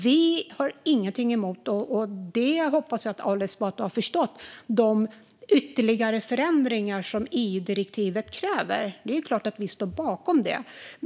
Vi har inget emot - och det hoppas jag att Ali Esbati har förstått - de ytterligare förändringar som EU-direktivet kräver. Det är klart att vi står bakom det.